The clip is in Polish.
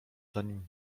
zanim